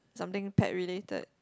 something pet related